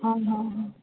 হয় হয় হয়